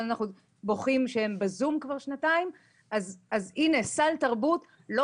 אנחנו בוכים כבר שנתיים שהילדים רק מול הזום ומצד שני סל התרבות